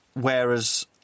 whereas